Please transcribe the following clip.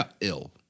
ill